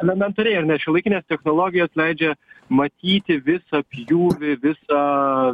elementariai ar ne šiuolaikinės technologijos leidžia matyti visą pjūvį visą